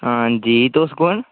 हां जी तुस कु'न